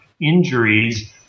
injuries